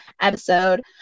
episode